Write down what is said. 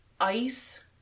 ice